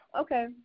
okay